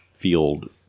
Field